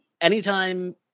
anytime